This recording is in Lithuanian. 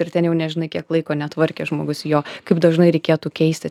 ir ten jau nežinai kiek laiko netvarkė žmogus jo kaip dažnai reikėtų keisti